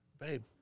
babe